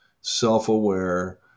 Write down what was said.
self-aware